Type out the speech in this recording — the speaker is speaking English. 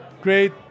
great